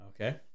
Okay